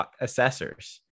assessors